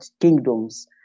kingdoms